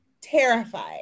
terrified